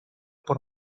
por